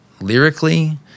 lyrically